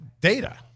data